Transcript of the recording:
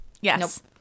Yes